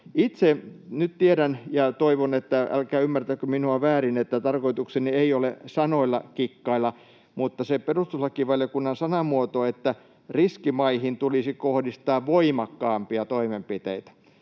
havaintoja. Toivon, että ette ymmärrä minua väärin, sillä tarkoitukseni ei ole sanoilla kikkailla, mutta kun se perustuslakivaliokunnan sanamuoto oli, että riskimaihin tulisi kohdistaa voimakkaampia toimenpiteitä,